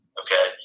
okay